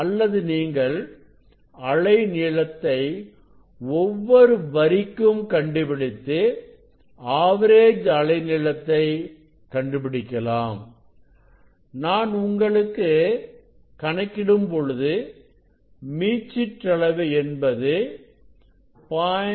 அல்லது நீங்கள் அலை நீளத்தை ஒவ்வொரு வரிக்கும் கண்டுபிடித்து ஆவரேஜ் அலை நீளத்தை கண்டுபிடிக்கலாம் நான் உங்களுக்கு கணக்கிடும் பொழுது மீச்சிற்றளவு என்பது 0